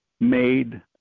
made